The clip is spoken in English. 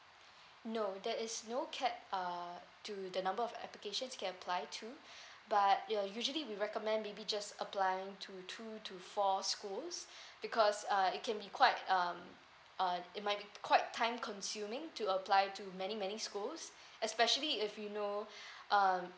no there is no capped uh to the number of applications can apply to but ya usually we recommend maybe just applying to two to four schools because uh it can be quite um uh it might be quite time consuming to apply to many many schools especially if you know um